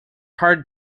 hard